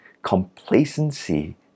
Complacency